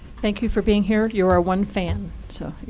thank you for being here. you're our one fan.